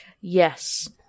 Yes